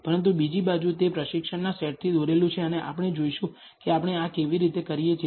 પરંતુ બીજી બાજુ તે પ્રશિક્ષણના સેટથી દોરેલું છે અને આપણે જોઈશું કે આપણે આ કેવી રીતે કરીએ છીએ